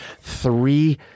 three